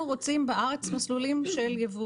אנחנו רוצים בארץ מסלולים של יבוא